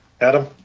Adam